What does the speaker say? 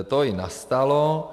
To i nastalo.